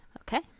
okay